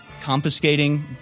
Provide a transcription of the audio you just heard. confiscating